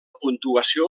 puntuació